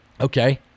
Okay